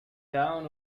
town